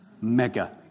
Mega